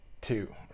two